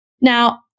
Now